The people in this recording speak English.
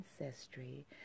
ancestry